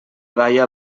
daia